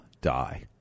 die